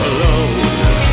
Alone